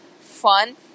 fun